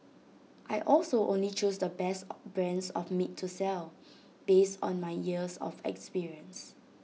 I also only choose the best brands of meat to sell based on my years of experience